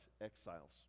exiles